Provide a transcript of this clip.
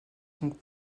donc